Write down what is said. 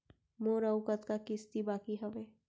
मोर अऊ कतका किसती बाकी हवय?